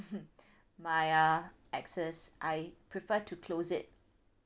my uh exes I prefer to close it